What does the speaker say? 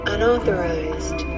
Unauthorized